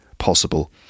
Possible